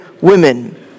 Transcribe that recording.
women